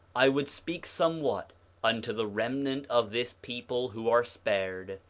i would speak somewhat unto the remnant of this people who are spared,